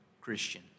Christian